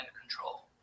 control